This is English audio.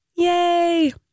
Yay